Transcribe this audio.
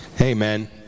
Amen